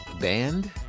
band